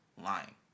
lying